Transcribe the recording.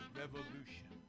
revolution